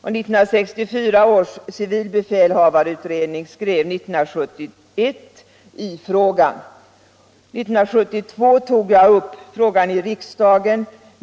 och 1964 års civilbefälhavareutredning skrev också i frågan år 1971. Slutligen tog jag själv upp frågan i riksdagen år 1972.